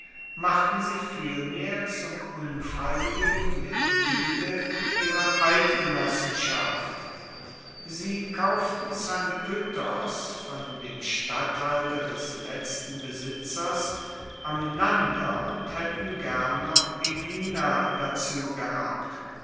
machten sie vielmehr zum unfreiwilligen mitgliede ihrer eidgenossenschaft sie kauften zakynthos von dem statthalter des letzten besitzers amynander und haetten gern noch aegina dazu gehabt